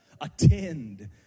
attend